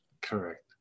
Correct